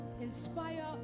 Inspire